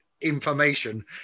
information